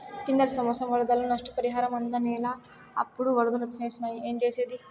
కిందటి సంవత్సరం వరదల్లో నష్టపరిహారం అందనేలా, అప్పుడే ఒరదలొచ్చేసినాయి ఏంజేసేది